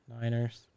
Niners